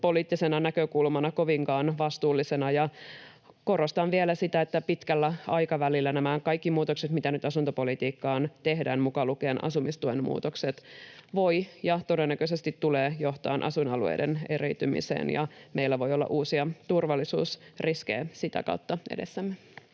asuntopoliittisena näkökulmana. Ja korostan vielä sitä, että pitkällä aikavälillä nämä kaikki muutokset, mitä nyt asuntopolitiikkaan tehdään, mukaan lukien asumistuen muutokset, voivat ja todennäköisesti tulevat johtamaan asuinalueiden eriytymiseen, ja meillä voi olla uusia turvallisuusriskejä sitä kautta edessämme.